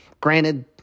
Granted